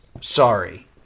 Sorry